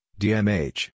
dmh